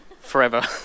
forever